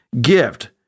gift